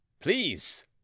please